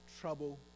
trouble